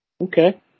Okay